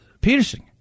Peterson